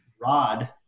Rod